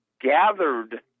gathered